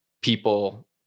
people